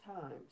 times